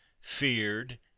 feared